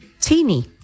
teeny